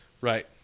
Right